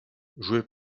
joué